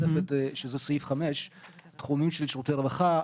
שזה סעיף 5 תחומים של שירותי רווחה,